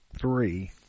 three